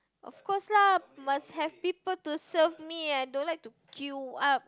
of course lah must have people to serve me ah I don't like to queue up